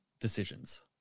decisions